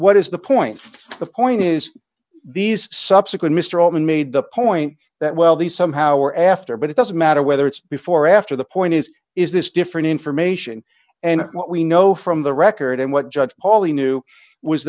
what is the point of point is these subsequent mr altman made the point that well these somehow are after but it doesn't matter whether it's before or after the point is is this different information and what we know from the record and what judge pauley knew was